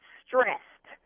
stressed